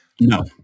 No